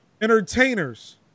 entertainers